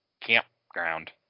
campground